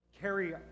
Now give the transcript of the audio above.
carry